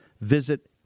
Visit